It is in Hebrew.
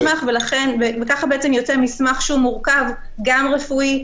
וככה יוצא מסמך שהוא מורכב גם רפואי,